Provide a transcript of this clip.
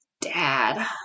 dad